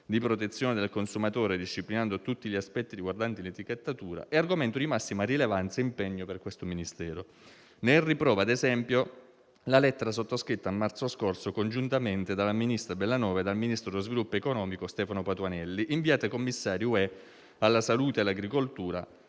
di protezione del consumatore, disciplinando tutti gli aspetti riguardanti l'etichettatura - è argomento di massima rilevanza e impegno per questo Ministero. Ne è riprova, ad esempio, la lettera sottoscritta a marzo scorso congiuntamente dal ministro Bellanova e dal Ministro dello sviluppo economico Stefano Patuanelli, inviata ai commissari europei alla salute e all'agricoltura,